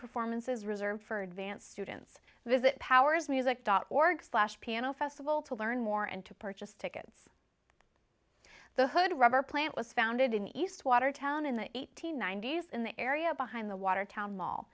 performances reserved for advanced students visit powers music dot org slash piano festival to learn more and to purchase tickets the hood rubber plant was founded in east watertown in the th ninety's in the area behind the watertown mall